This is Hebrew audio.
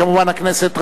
כמובן, הכנסת רשאית,